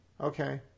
Okay